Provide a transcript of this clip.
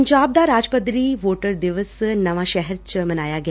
ਪੰਜਾਬ ਦਾ ਰਾਜ ਪੱਧਰੀ ਵੋਟਰ ਦਿਵਸ ਨਵਾਂ ਸ਼ਹਿਰ ਚ ਮਨਾਇਆ ਗਿਆ